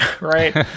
right